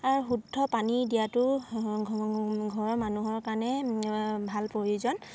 আৰু শুদ্ধ পানী দিয়াতটো ঘৰৰ মানুহৰ কাৰণে ভাল প্ৰয়োজন